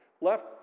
Left